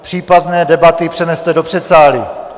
Případné debaty přeneste do předsálí.